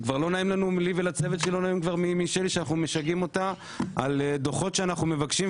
כבר לא נעים לנו משלי שאנחנו משגעים אותה על דוחות שאנחנו מבקשים,